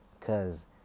Cause